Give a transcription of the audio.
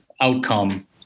outcome